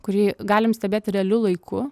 kurį galim stebėti realiu laiku